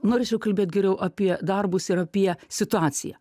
norėčiau kalbėt geriau apie darbus ir apie situaciją